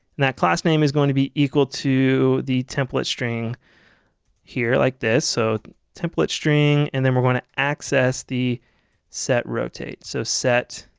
that class name is going to be equal to the template string here like this. so template string and then we're going to access the setrotate, so setrotate.